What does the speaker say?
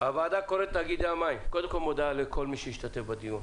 הוועדה מודה לכל מי שהשתתף בדיון.